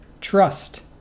Trust